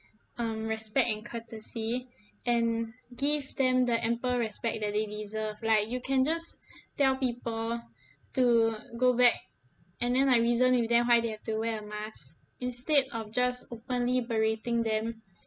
um respect and courtesy and give them the ample respect that they deserve like you can just tell people to go back and then like reason with them why they have to wear a mask instead of just openly berating them